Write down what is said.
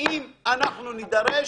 אם אנחנו נידרש,